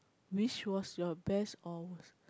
which was your best or worst